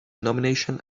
nomination